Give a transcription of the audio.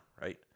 right